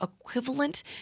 equivalent